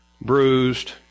bruised